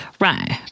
Right